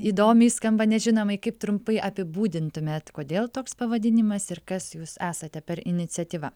įdomiai skamba nežinomai kaip trumpai apibūdintumėt kodėl toks pavadinimas ir kas jūs esate per iniciatyva